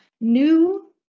new